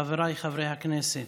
חבריי חברי הכנסת,